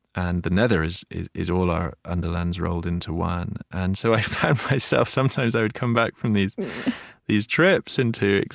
and the nether is is all our underlands rolled into one. and so i found myself sometimes i would come back from these these trips into